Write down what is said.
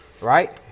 Right